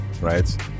right